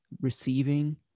receiving